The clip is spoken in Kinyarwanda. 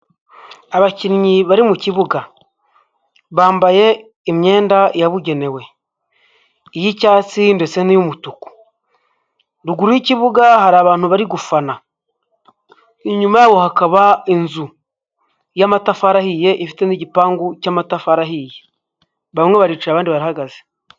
Abakinnyi bari mu kibuga, bambaye imyenda yabugenewe, iy'icyatsi ndetse n'iy'umutuku, ruguru y'ikibuga hari abantu bari gufana, inyuma y'aho hakaba inzu y'amatafari ahiye, ifite n'igipangu cy'amatafari ahiye, bamwe baricaye abandi bahagaze.